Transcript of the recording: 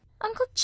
Uncle